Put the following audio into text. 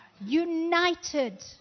united